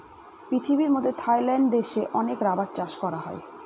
পৃথিবীর মধ্যে থাইল্যান্ড দেশে অনেক রাবার চাষ করা হয়